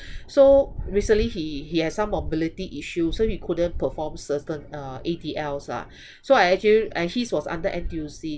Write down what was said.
so recently he he has some mobility issue so he couldn't perform certain uh A_T_Ls ah so I actually and his was under N_T_U_C